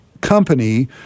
company